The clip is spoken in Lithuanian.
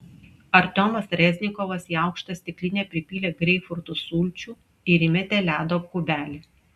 artiomas reznikovas į aukštą stiklinę pripylė greipfrutų sulčių ir įmetė ledo kubelį